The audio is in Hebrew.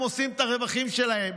הם עושים את הרווחים שלהם.